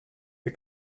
the